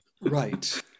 Right